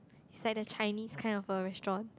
it's like the Chinese kind of a restaurant